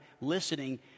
listening